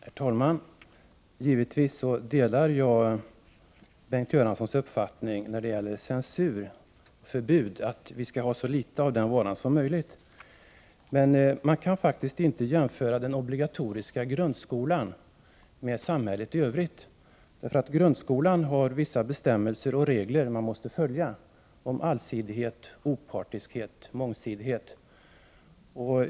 Herr talman! Givetvis delar jag Bengt Göranssons uppfattning när det gäller censur och förbud: Vi skall ha så litet av den varan som möjligt. Men man kan faktiskt inte jämföra den obligatoriska grundskolan med samhället i övrigt. Grundskolan har vissa bestämmelser och regler om allsidighet, opartiskhet och mångsidighet.